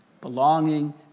Belonging